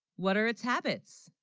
what are its habits